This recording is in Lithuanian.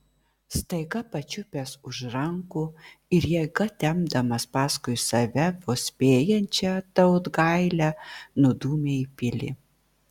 staiga pačiupęs už rankų ir jėga tempdamas paskui save vos spėjančią tautgailę nudūmė į pilį